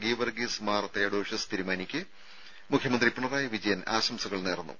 Geevarghese Mar Theodosius തിരുമേനിക്ക് മുഖ്യമന്ത്രി പിണറായി വിജയൻ ആശംസകൾ നേർന്നു